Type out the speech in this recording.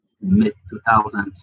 mid-2000s